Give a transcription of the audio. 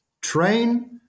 train